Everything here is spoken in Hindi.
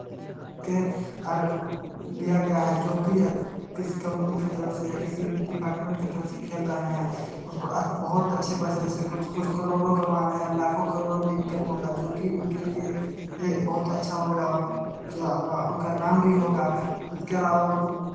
और लिया गया है जो कि किसी कंपनी के तरफ़ से या किसी भी डिपार्टमेंट की तरफ़ से खेल रहे हैं उसको बहोत अच्छे पैसे जैसे कुछ कुछ करोड़ों कमा रहे हैं लाखों करोड़ों में इनकम होगा जो की उनके लिए बहुत अच्छा होगा जो होगा उनका नाम भी होगा उसके अलावा उनको